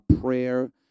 prayer